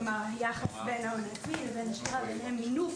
כלומר, יחס בין ההון העצמי לבין שמירה לבין מינוף.